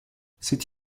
c’est